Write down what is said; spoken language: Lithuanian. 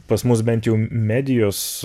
pas mus bent jau medijos